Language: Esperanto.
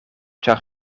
ĉar